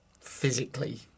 physically